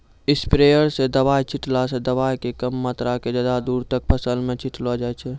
sprayer स दवाय छींटला स दवाय के कम मात्रा क ज्यादा दूर तक फसल मॅ छिटलो जाय छै